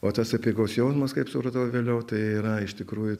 o tos apeigos jausmas kaip supratau vėliau tai yra iš tikrųjų